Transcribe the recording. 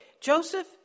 joseph